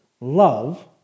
love